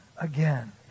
again